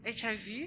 HIV